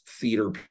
theater